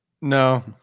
No